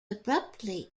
abruptly